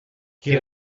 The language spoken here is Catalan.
qui